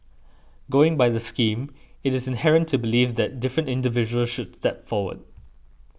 going by the scheme it is inherent to believe that different individuals that step forward